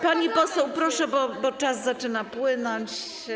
Pani poseł, proszę, bo czas zaczyna płynąć.